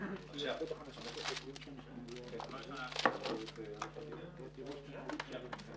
בשעה 11:00.